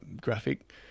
graphic